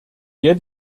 der